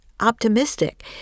optimistic